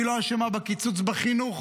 היא לא אשמה בקיצוץ בחינוך,